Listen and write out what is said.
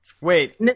Wait